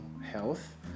health